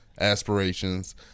aspirations